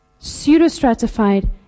Pseudostratified